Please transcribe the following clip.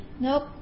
nope